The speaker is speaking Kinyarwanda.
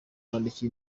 kwandikira